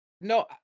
No